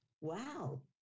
wow